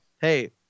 hey